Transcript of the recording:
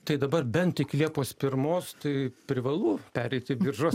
tai dabar bent iki liepos pirmos tai privalu pereit į biržos